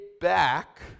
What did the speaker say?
back